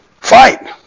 fight